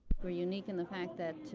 we're unique in the fact that, ah,